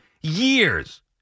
years